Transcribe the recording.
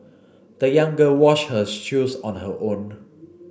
the young girl washed her shoes on her own